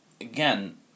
again